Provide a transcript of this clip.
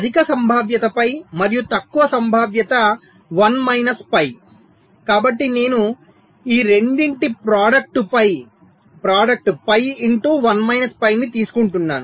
అధిక సంభావ్యత పై మరియు తక్కువ సంభావ్యత 1 మైనస్ పై కాబట్టి నేను ఈ రెండింటి product pi into 1 minus pi ని తీసుకుంటాను